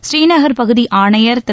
ஸ்ரீநகர் பகுதி ஆணையர் திரு